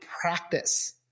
practice